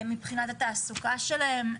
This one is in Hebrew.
מבחינת התעסוקה שלהם.